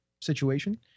situation